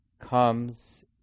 comes